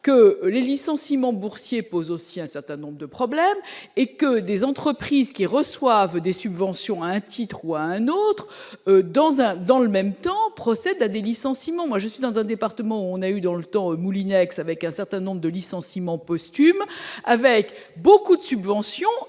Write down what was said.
que les licenciements boursiers, pose aussi un certain nombre de problèmes et que des entreprises qui reçoivent des subventions à un titre ou à un autre dans un, dans le même temps, procèdent à des licenciements, moi je suis dans un département où on a eu dans le temps, Moulinex avec un certain nombre de licenciements posthume avec beaucoup de subventions